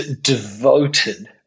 devoted